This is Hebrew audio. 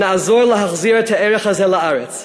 נעזור להחזיר את הערך הזה לארץ,